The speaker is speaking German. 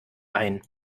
ein